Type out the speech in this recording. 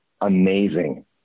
amazing